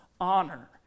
honor